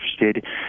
interested